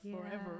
forever